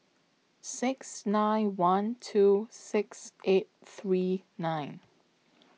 six nine one two six eight three nine